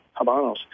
Habanos